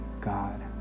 God